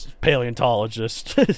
paleontologist